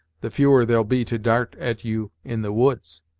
the fewer there'll be to dart at you in the woods!